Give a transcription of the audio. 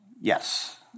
Yes